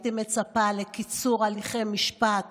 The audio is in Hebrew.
הייתי מצפה לקיצור הליכי משפט